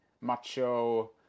macho